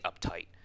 uptight